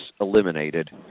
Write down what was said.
eliminated